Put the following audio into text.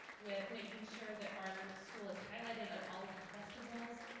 with making sure that our school is highlighted at all of the festivals.